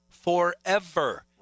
Forever